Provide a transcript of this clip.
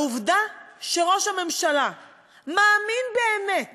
העובדה שראש הממשלה מאמין באמת